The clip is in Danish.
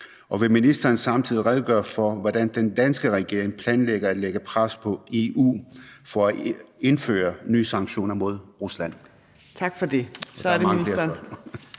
og vil ministeren samtidig redegøre for, hvordan den danske regering planlægger at lægge pres på EU for at indføre nye sanktioner mod Rusland?